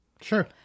Sure